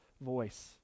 voice